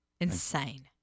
insane